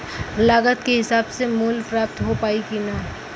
लागत के हिसाब से मूल्य प्राप्त हो पायी की ना?